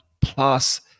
plus